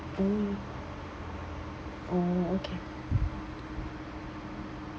mm mm okay